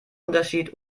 unterschied